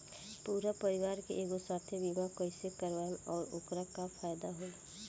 पूरा परिवार के एके साथे बीमा कईसे करवाएम और ओकर का फायदा होई?